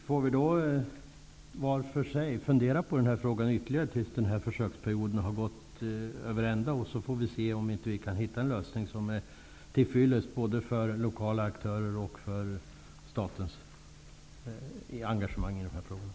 Herr talman! Då får vi var för sig fundera på den här frågan ytterligare tills försöksperioden är till ända. Vi får se om vi inte kan hitta en lösning som är till fyllest både för lokala aktörer och staten i dessa frågor.